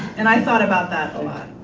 and i thought about that a lot.